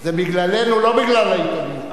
זה בגללנו, לא בגלל העיתונים.